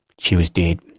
she was dead.